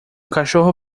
cachorro